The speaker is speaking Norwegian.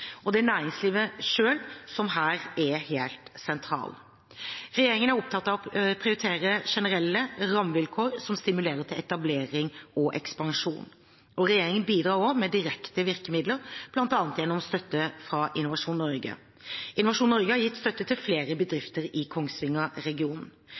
Og det er næringslivet selv som her er helt sentralt. Regjeringen er opptatt av å prioritere generelle rammevilkår som stimulerer til etablering og ekspansjon. Regjeringen bidrar også med direkte virkemidler, bl.a. gjennom støtte fra Innovasjon Norge. Innovasjon Norge har gitt støtte til flere